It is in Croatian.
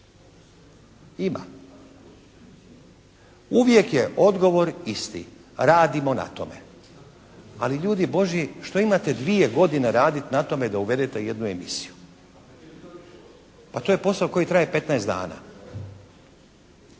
ima. Uvijek je odgovor isti, radimo na tome. Ali ljudi Božji, što imate dvije godine radit na tome da uvedete jednu emisiju. Pa to je posao koji traje 15 dana.